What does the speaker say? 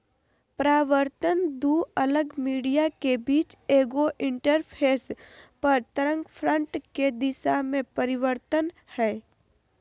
परावर्तन दू अलग मीडिया के बीच एगो इंटरफेस पर तरंगफ्रंट के दिशा में परिवर्तन हइ